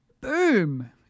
boom